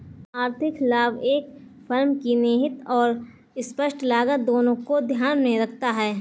आर्थिक लाभ एक फर्म की निहित और स्पष्ट लागत दोनों को ध्यान में रखता है